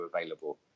available